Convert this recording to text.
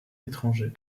étranger